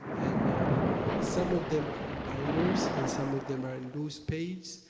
and some of them are in binders and some of them are in loose pages.